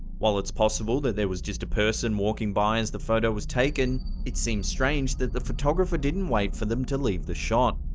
while it's possible that there was just a person walking by as the photo was taken, it seems strange that the photographer didn't wait for them to leave the shot.